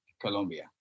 Colombia